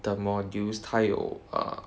the modules 它有 err